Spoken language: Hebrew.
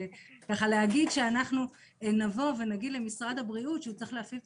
להגיד שאנחנו נבוא ונגיד למשרד הבריאות שהוא צריך להפעיל את